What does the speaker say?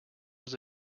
was